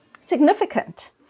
significant